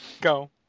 Go